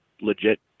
legit